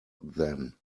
then